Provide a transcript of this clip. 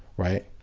right?